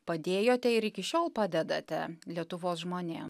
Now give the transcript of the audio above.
padėjote ir iki šiol padedate lietuvos žmonėm